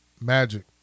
Magic